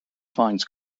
finds